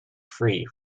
free